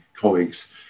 colleagues